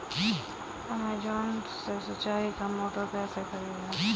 Amazon से सिंचाई का मोटर कैसे खरीदें?